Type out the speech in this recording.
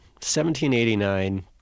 1789